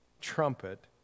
trumpet